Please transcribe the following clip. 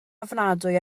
ofnadwy